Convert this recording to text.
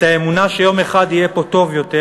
את האמונה שיום אחד יהיה פה טוב יותר,